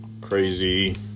crazy